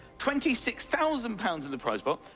twenty six thousand pounds in the prize pot.